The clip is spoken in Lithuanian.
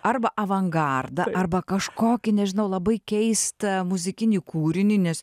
arba avangardą arba kažkokį nežinau labai keistą muzikinį kūrinį nes